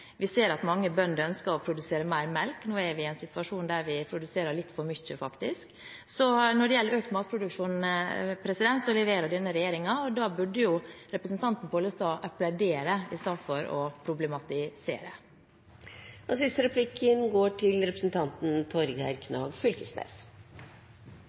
Vi ser at mange bønder ønsker å produsere mer melk. Nå er vi i en situasjon der vi faktisk produserer litt for mye. Så når det gjelder økt matproduksjon, leverer denne regjeringen, og da burde jo representanten Pollestad applaudere i stedet for å problematisere. Eg lytta også spent på innlegget til